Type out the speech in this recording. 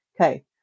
Okay